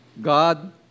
God